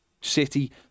City